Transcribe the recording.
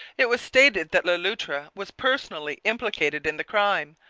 it was stated that le loutre was personally implicated in the crime,